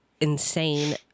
insane